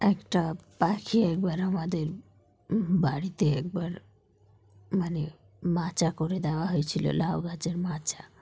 একটা পাখি একবার আমাদের বাড়িতে একবার মানে মাচা করে দেওয়া হয়েছিল লাউ গাছের মাচা